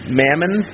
mammon